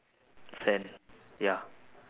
sand ya